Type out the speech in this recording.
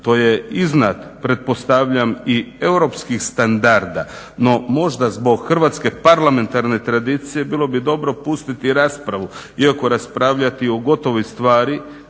To je iznad pretpostavljam i europskih standarda no možda zbog hrvatske parlamentarne tradicije bilo bi dobro pustiti raspravu iako raspravljati o gotovoj stvari